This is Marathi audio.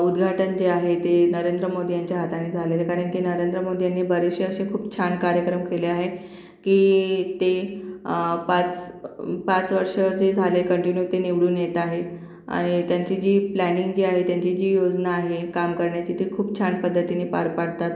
उद्घाटन जे आहे ते नरेंद्र मोदी यांच्या हातानी झालेलंय कारण की नरेंद्र मोदी यांनी बरेचशे असे खूप छान कार्यक्रम केले आहे की ते पाच पाच वर्ष जे झाले कन्टिन्यू ते निवडून येत आहेत आणि त्यांची जी प्लॅनिंग जी आहे त्यांची जी योजना आहे काम करण्याची ती खूप छान पद्धतीनी पार पाडतात